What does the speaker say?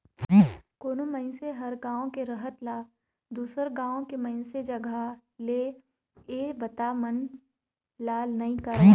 कोनो मइनसे हर गांव के रहत ल दुसर गांव के मइनसे जघा ले ये बता मन ला नइ करवाय